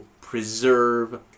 preserve